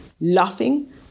laughing